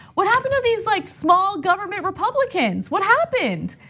what happened to these like small government republicans? what happened?